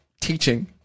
teaching